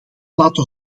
laten